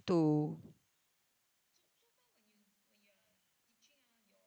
to